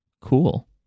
cool